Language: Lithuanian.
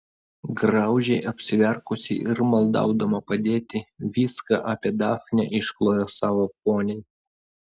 graudžiai apsiverkusi ir maldaudama padėti viską apie dafnę išklojo savo poniai